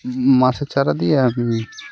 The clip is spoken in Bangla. মাছের চারা দিয়ে আমি